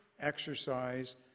exercise